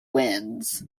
winds